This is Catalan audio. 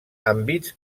àmbits